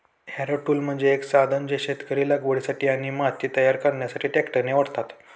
Harrow tool म्हणजे एक साधन जे शेतकरी लागवडीसाठी आणि माती तयार करण्यासाठी ट्रॅक्टरने ओढतात